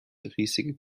riesige